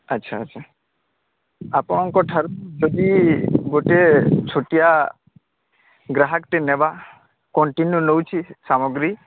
ଆଚ୍ଛା ଆଚ୍ଛା ଆପଣଙ୍କ ଠାରୁ ଯଦି ଗୋଟେ ଛୋଟିଆ ଗ୍ରାହାକଟେ ନେବା କଣ୍ଟିନ୍ୟୁ ନେଉଛି ସାମଗ୍ରୀ